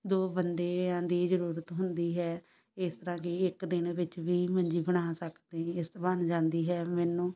ਦੋ ਬੰਦਿਆਂ ਦੀ ਜ਼ਰੂਰਤ ਹੁੰਦੀ ਹੈ ਇਸ ਤਰਾਂ ਕਿ ਇੱਕ ਦਿਨ ਵਿੱਚ ਵੀ ਮੰਜੀ ਬਣਾ ਸਕਦੇ ਇਸ ਬਣ ਜਾਂਦੀ ਹੈ ਮੈਨੂੰ